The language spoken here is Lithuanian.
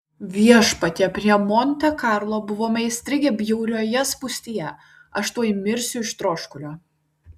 viešpatie prie monte karlo buvome įstrigę bjaurioje spūstyje aš tuoj mirsiu iš troškulio